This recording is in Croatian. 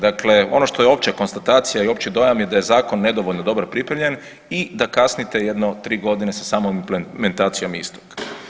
Dakle, ono što je opća konstatacija i opći dojam da je zakon nedovoljno dobro pripremljen i da kasnite jedno tri godine sa samom implementacijom istog.